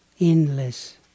endless